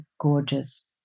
gorgeous